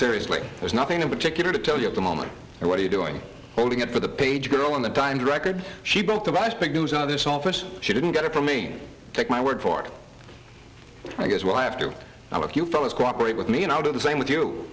seriously there's nothing in particular to tell you at the moment and what are you doing holding it for the page girl in the times record she both of us big news of this office she didn't get it from me take my word for it i guess we'll have to have a few photos cooperate with me and i'll do the same with you